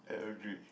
I agreed